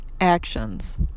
actions